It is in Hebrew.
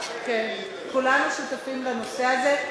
יש ועדת משנה, כן, כולנו שותפים לנושא הזה.